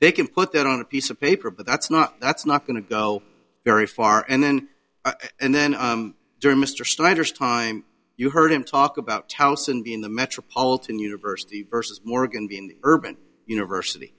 they can put that on a piece of paper but that's not that's not going to go very far and then and then during mr snyder stime you heard him talk about townson the in the metropolitan university versus morgan being urban university